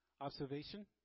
observation